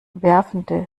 werfende